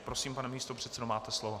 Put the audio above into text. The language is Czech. Prosím, pane místopředsedo, máte slovo.